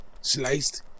sliced